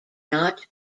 not